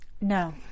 No